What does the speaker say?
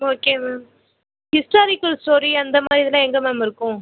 okay ma'am historical story அந்த மாதிரி இதெலாம் எங்கே மேம் இருக்கும்